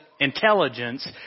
intelligence